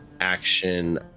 action